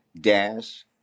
dash